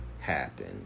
happen